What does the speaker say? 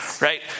Right